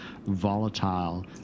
volatile